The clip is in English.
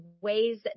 ways